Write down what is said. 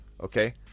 Okay